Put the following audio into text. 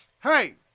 hey